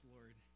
Lord